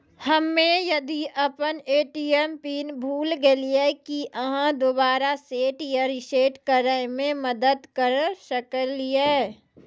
हम्मे यदि अपन ए.टी.एम पिन भूल गलियै, की आहाँ दोबारा सेट या रिसेट करैमे मदद करऽ सकलियै?